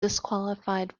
disqualified